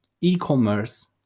e-commerce